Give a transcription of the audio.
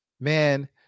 man